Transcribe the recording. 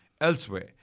elsewhere